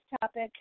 topic